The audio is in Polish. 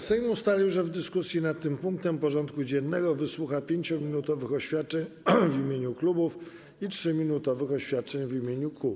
Sejm ustalił, że w dyskusji nad tym punktem porządku dziennego wysłucha 5-minutowych oświadczeń w imieniu klubów i 3-minutowych oświadczeń w imieniu kół.